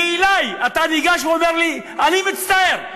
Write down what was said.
ואלי אתה ניגש ואומר לי: אני מצטער,